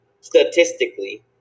statistically